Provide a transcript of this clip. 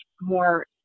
more